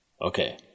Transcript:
okay